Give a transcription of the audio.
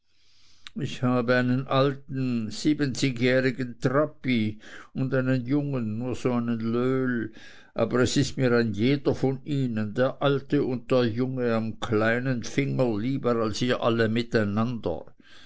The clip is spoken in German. ich habe einen alten siebenzigjährigen trappi und einen jungen nur so einen löhl aber es ist mir ein jeder von ihnen der alte und der junge am kleinen finger lieber als ihr alle miteinander